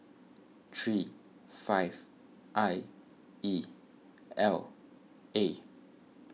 three five I E L A